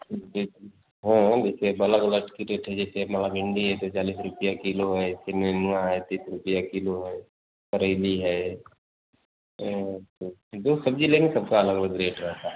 जैसे हाँ हाँ जैसे सब अलग अलग रेट की है जैसे मवा भिंडी एक सौ चालीस रुपया किलो है फ़िर मेनुआ है तीस रुपया किलो करेली हैं जो सब्ज़ी लेनी है सबका अलग अलग रेट रहता है